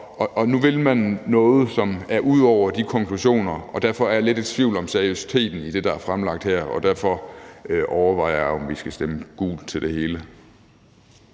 og nu vil man noget, som går længere end de konklusioner, og derfor er jeg lidt i tvivl om seriøsiteten i det, der er fremlagt her, og derfor overvejer jeg, om vi skal stemme gult til det hele.